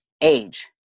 age